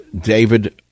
David